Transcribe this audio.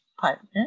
partner